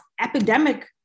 epidemic